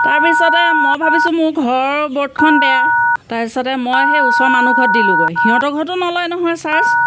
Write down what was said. তাৰপিছতে মই ভাবিছোঁ মোৰ ঘৰৰ বৰ্ডখন বেয়া তাৰপিছতে মই সেই ওচৰ মানুহ ঘৰত দিলোঁগৈ সিহঁতৰ ঘৰতো নলয় নহয় চাৰ্জ